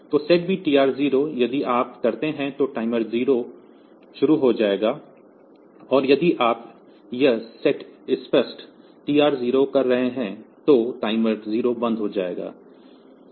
तो SETB TR0 यदि आप करते हैं तो टाइमर 0 शुरू हो जाएगा और यदि आप यह सेट स्पष्ट TR0 कर रहे हैं तो टाइमर 0 बंद हो जाएगा